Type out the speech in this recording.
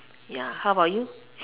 ya how about you